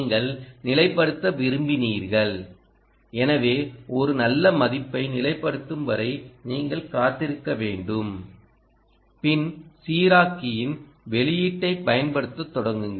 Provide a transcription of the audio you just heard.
நீங்கள் நிலைப்படுத்த விரும்பினீர்கள் எனவே ஒரு நல்ல மதிப்பை நிலைப்படுத்தும் வரை நீங்கள் காத்திருக்க வேண்டும் பின் சீராக்கியின் வெளியீட்டைப் பயன்படுத்தத் தொடங்குங்கள்